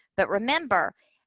but remember,